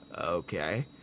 Okay